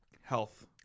health